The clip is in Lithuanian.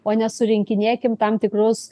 o nesurinkinėkim tam tikrus